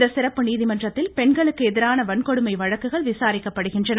இந்த சிறப்பு நீதிமன்றத்தில் பெண்களுக்கு எதிரான வன்கொடுமை வழக்குகள் விசாரிக்கப்படுகின்றன